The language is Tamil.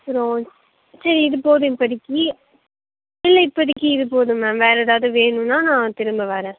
சரி ஓ சரி இது போதும் இப்போதைக்கு இல்லை இப்போதைக்கு இது போதும் மேம் வேறு ஏதாவது வேணும்னா நான் திரும்ப வரேன்